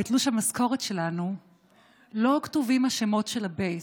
בתלוש המשכורת שלנו לא כתובים השמות של הבייס,